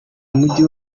mujyi